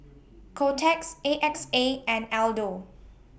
Kotex A X A and Aldo